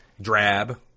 Drab